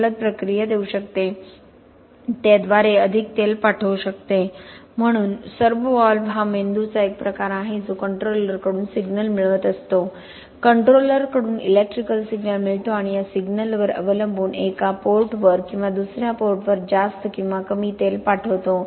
जलद प्रतिक्रिया देऊ शकते ते द्वारे अधिक तेल पाठवू शकते म्हणून सर्व्होव्हॉल्व्ह हा मेंदूचा एक प्रकार आहे जो कंट्रोलरकडून सिग्नल मिळवत असतो कंट्रोलरकडून इलेक्ट्रिकल सिग्नल मिळतो आणि या सिग्नलवर अवलंबून एका पोर्टवर किंवा दुसर्या पोर्टवर जास्त किंवा कमी तेल पाठवतो